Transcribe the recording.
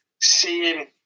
seeing